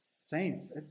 Saints